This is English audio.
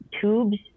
tubes